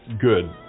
good